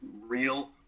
real